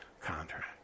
contract